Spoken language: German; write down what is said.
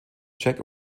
jack